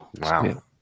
Wow